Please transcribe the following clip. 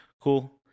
cool